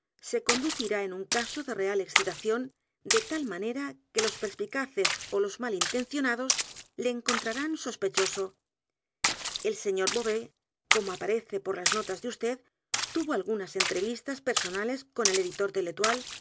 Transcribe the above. se conduciré en un caso de real excitación de tal manera que los perspicaces ó los mal intencionados le encontrarán sospechoso el señor beauvais como aparece por las notas de vd tuvo algunas entrevistas personales con el editor